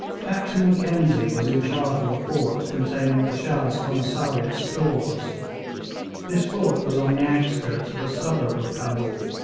captain mackenzie was in charge of a fort containing the shah's commissariat stores this fort was on the outskirts of a suburb of cabul,